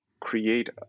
create